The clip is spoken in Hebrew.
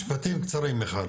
משפטים קצרים מיכל.